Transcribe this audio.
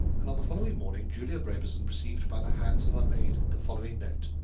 and on the following morning julia brabazon received by the hands of her maid the following note